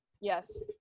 Yes